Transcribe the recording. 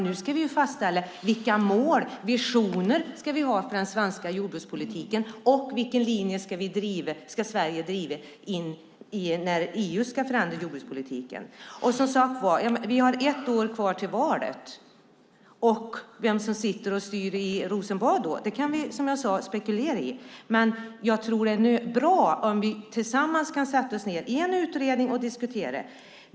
Nu ska vi fastställa vilka mål och visioner vi ska ha för den svenska jordbrukspolitiken och vilken linje Sverige ska driva när EU ska förändra jordbrukspolitiken. Vi har ett år kvar till valet. Vem som sitter och styr i Rosenbad då kan vi spekulera i. Men det är bra om vi tillsammans kan sätta oss ned i en utredning och diskutera.